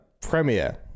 premiere